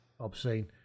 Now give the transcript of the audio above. Obscene